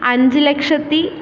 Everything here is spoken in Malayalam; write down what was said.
അഞ്ച് ലക്ഷത്തി